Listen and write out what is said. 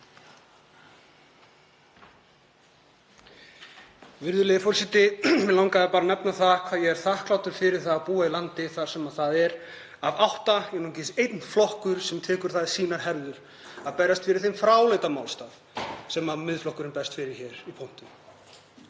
Virðulegi forseti. Mig langaði bara að nefna hvað ég er þakklátur fyrir það að búa í landi þar sem af átta flokkum er einungis einn flokkur sem tekur það að sér að berjast fyrir þeim fráleita málstað sem Miðflokkurinn berst fyrir hér í pontu.